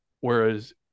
whereas